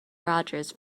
rogers